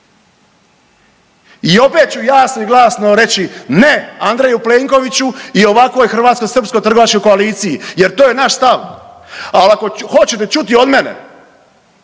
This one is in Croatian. I opet ću jasno i glasno reći ne Andreju Plenkoviću i ovakvoj hrvatsko-srpskoj trgovačkoj koaliciji jer to je naš stav. Al ako hoćete čuti od mene